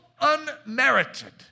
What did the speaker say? unmerited